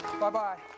Bye-bye